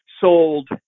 sold